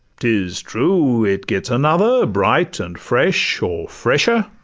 t is true, it gets another bright and fresh, or fresher,